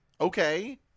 Okay